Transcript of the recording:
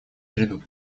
среду